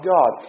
God